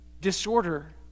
disorder